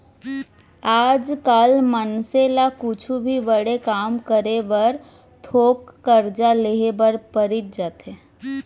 आज काल मनसे ल कुछु भी बड़े काम करे बर थोक करजा लेहे बर परीच जाथे